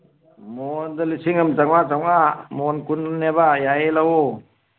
ꯃꯣꯟꯗ ꯂꯤꯁꯤꯡ ꯑꯃ ꯆꯃꯉꯥ ꯆꯃꯉꯥ ꯃꯣꯟ ꯀꯨꯟꯅꯦꯕ ꯌꯥꯏꯌꯦ ꯂꯧꯋꯣ